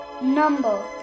number